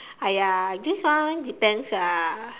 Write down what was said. !aiya! this one depends lah